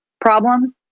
problems